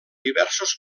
diversos